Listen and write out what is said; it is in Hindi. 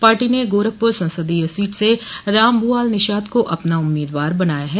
पार्टी ने गोरखेपुर संसदीय सीट से रामभुआल निषाद को अपना उम्मीदवार बनाया है